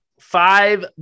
Five